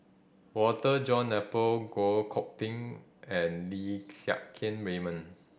Walter John Napier Goh Koh Pui and Lim Siang Keat Raymond